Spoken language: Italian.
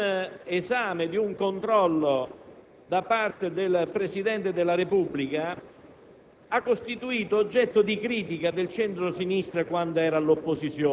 Questo ulteriore aspetto di esame e di controllo da parte del Presidente della Repubblica